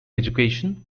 education